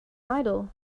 idol